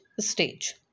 stage